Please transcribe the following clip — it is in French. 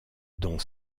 dont